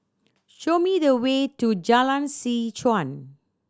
show me the way to Jalan Seh Chuan